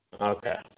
Okay